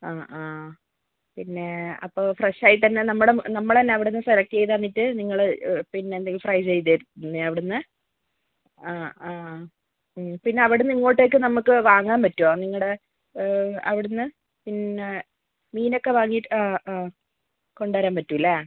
ആ ആ പിന്നെ അപ്പോൾ ഫ്രഷ് ആയിട്ടു തന്നെ നമ്മുടെ നമ്മൾ തന്നെ അവിടെ നിന്ന് സെലക്ട് ചെയ്ത് തന്നിട്ട് നിങ്ങൾ പിന്നെ എന്തെങ്കിലും ഫ്രൈ ചെയ്തു തരുന്നതോ ഇവിടെ നിന്ന് ആ പിന്നെ അവിടെ നിന്ന് ഇങ്ങോട്ടേയ്ക്ക് നമുക്ക് വാങ്ങാൻ പറ്റുമോ നിങ്ങളുടെ അവിടെ നിന്ന് പിന്നെ മീനൊക്കെ വാങ്ങിയിട്ട് ആ ആ കൊണ്ടുവരാൻ പറ്റും അല്ലേ